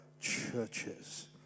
churches